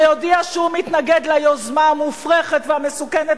שיודיע שהוא מתנגד ליוזמה המופרכת והמסוכנת